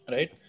Right